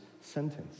sentence